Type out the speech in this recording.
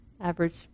average